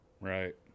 Right